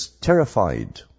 terrified